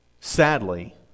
sadly